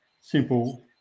simple